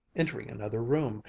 entering another room,